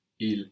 il